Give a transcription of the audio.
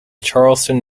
charleston